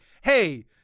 hey